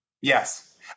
Yes